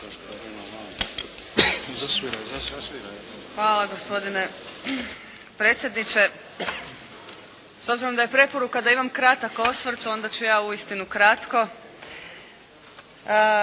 Hvala gospodine predsjedniče. S obzirom da je preporuka da imam kratak osvrt, onda ću ja uistinu kratko.